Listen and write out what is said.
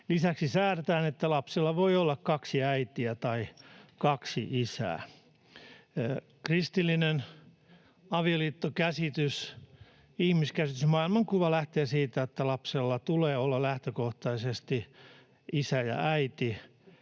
Lisäksi säädetään, että lapsilla voi olla kaksi äitiä tai kaksi isää. Kristillinen avioliittokäsitys, ihmiskäsitys, maailmankuva lähtee siitä, että lapsella tulee olla lähtökohtaisesti isä ja äiti,